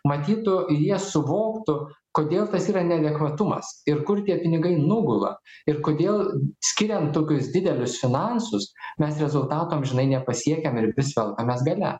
matytų ir jie suvoktų kodėl tas yra neadekvatumas ir kur tie pinigai nugula ir kodėl skiriant tokius didelius finansus mes rezultato amžinai nepasiekiam ir vis velkamės gale